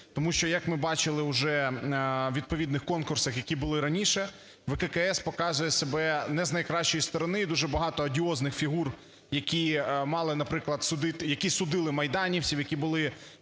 Тому що, як ми бачили уже в відповідних конкурсах, які були раніше, ВККС показує себе не з найкращої сторони, і дуже багато одіозних фігур, які мали, наприклад, які судили